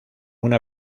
una